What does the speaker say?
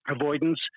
avoidance